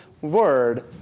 word